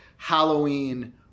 Halloween